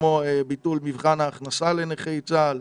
כמו למשל ביטול מבחן ההכנסה לנכי צה"ל.